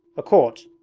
a quart